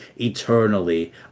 eternally